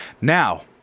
Now